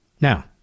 Now